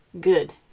good